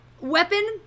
weapon